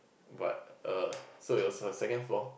but err so it was a second floor